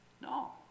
No